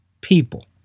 People